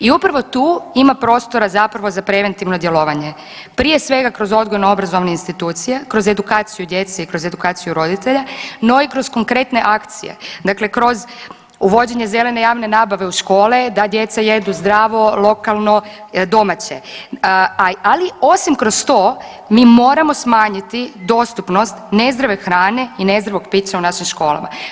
I upravo tu ima prostora za preventivno djelovanje, prije svega kroz odgojno obrazovne institucije, kroz edukaciju djece i kroz edukaciju roditelja, no i kroz konkretne akcije, dakle kroz uvođenje zelene javne nabave u škole da djeca jedu zdravu, lokalno, domaće, ali osim kroz to mi moramo smanjiti dostupnost nezdrave hrane i nezdravog pića u našim školama.